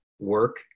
work